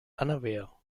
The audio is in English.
unaware